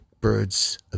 birds